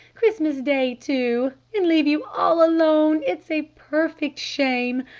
christmas day, too! and leave you all alone! it's a perfect shame!